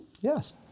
Yes